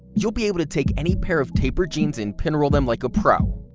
you'll be able to take any pair of tapered jeans and pinroll them like a pro.